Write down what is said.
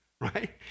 right